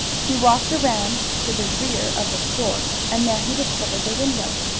he walked around to the rear of the store, and there he discovered the window.